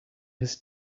his